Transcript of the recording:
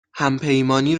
همپیمانی